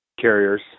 carriers